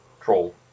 Troll